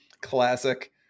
Classic